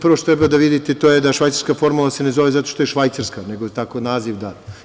Prvo što treba da vidite je da se švajcarska formula ne zove zato što je Švajcarska, nego je tako naziv dat.